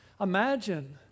Imagine